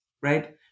right